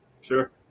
sure